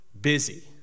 busy